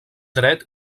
dret